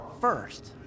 first